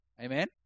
Amen